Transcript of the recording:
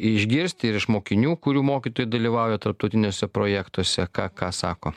išgirsti ir iš mokinių kurių mokytojai dalyvauja tarptautiniuose projektuose ką ką sako